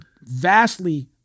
vastly